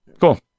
Cool